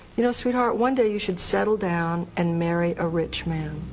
you know, sweetheart, one day you should settle down and marry a rich man.